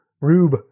Rube